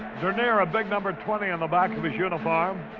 dernier, a big number twenty on the back of his uniform.